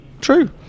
True